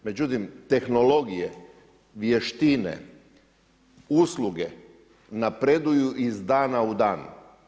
Međutim, tehnologije, vještine, usluge napreduju iz dana u dan.